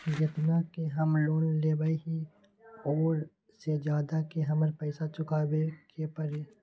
जेतना के हम लोन लेबई ओ से ज्यादा के हमरा पैसा चुकाबे के परी?